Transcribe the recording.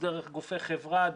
דרך גופי חברה,